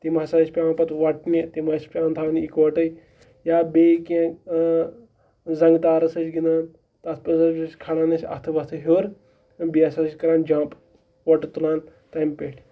تِم ہَسا ٲسۍ پٮ۪وان پَتہٕ وۄٹنہِ تِم ٲسۍ پٮ۪وان تھاوٕنۍ یِکوَٹَے یا بیٚیہِ کینٛہہ زنٛگہٕ تارَس ٲسۍ گِنٛدان تَتھ پٮ۪ٹھ ہَسا أسۍ کھالان أسۍ اَتھٕ وَتھٕ ہیوٚر بیٚیہِ ہَسا ٲسۍ کَران جَمپ وۄٹہٕ تُلان تٔمۍ پٮ۪ٹھ